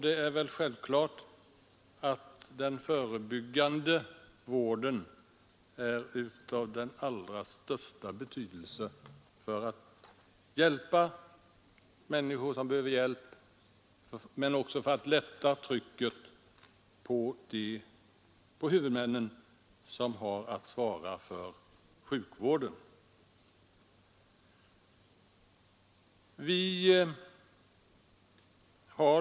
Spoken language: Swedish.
Den förebyggande vården är självfallet av allra största betydelse för att hjälpa människor men även för att lätta trycket på de huvudmän som har att svara för sjukvården.